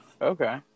Okay